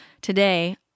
today